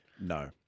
no